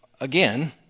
again